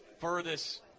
furthest